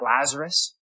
Lazarus